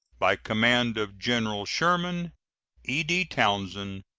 by command of general sherman e d. townsend,